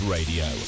Radio